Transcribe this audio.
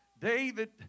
David